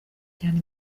cyane